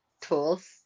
Tools